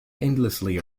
endlessly